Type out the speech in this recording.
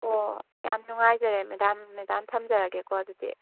ꯑꯣ ꯌꯥꯝ ꯅꯨꯡꯉꯥꯏꯖꯔꯦ ꯃꯦꯗꯥꯝ ꯃꯦꯗꯥꯝ ꯊꯝꯖꯔꯒꯦꯀꯣ ꯑꯗꯨꯗꯤ